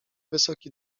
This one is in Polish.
wysoki